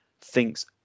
thinks